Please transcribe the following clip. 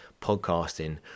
podcasting